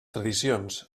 tradicions